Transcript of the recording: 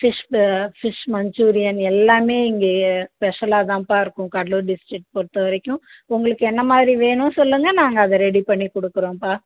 fish fish Manchurian எல்லாமே இங்கே ஸ்பெஷல்லாக தான்பா இருக்கும் கடலூர் டிஸ்ட்ரிக் பொறுத்த வரைக்கும் உங்களுக்கு என்ன மாதிரி வேணும் சொல்லுங்கள் நாங்கள் அதை ரெடி பண்ணி கொடுக்குறோம்பா